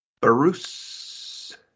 Bruce